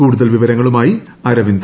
കൂടുതൽ വിവരങ്ങളുമായി അരവിന്ദ്